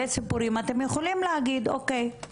אתם יכולים להגיד, אוקיי.